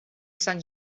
sant